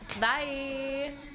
Bye